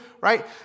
right